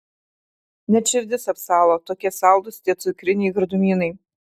net širdis apsalo tokie saldūs tie cukriniai gardumynai